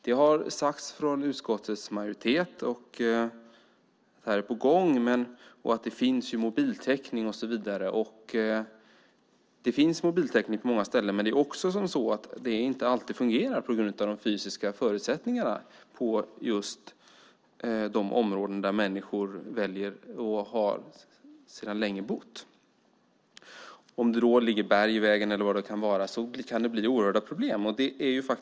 Det har sagts från utskottets majoritet, och är på gång, att det finns mobiltäckning och så vidare. Det finns mobiltäckning på många ställen, men det fungerar inte alltid på grund av de fysiska förutsättningarna i just de områden där människor har bott sedan länge. Om det ligger berg i vägen eller vad det kan vara kan det bli oerhörda problem.